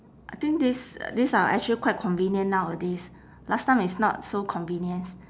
I think these uh these are actually quite convenient nowadays last time is not so convenience